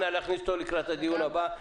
אנא להכניס אותו לקראת הדיון הבא.